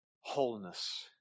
wholeness